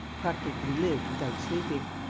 practically lived without sleeping.